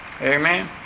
Amen